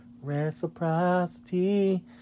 reciprocity